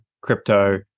crypto